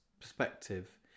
perspective